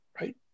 right